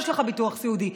יש לך ביטוח סיעודי,